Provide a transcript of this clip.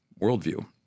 worldview